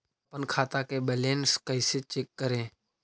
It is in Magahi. अपन खाता के बैलेंस कैसे चेक करे?